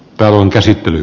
talon käsittely